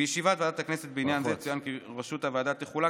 בישיבת ועדת הכנסת בעניין זה צוין כי ראשות הוועדה תחולק